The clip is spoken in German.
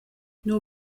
nur